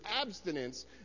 abstinence